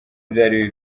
byari